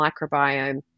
microbiome